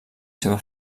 seva